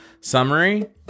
Summary